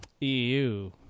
EU